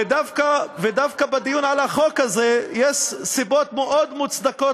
ודווקא בדיון על החוק הזה יש סיבות מוצדקות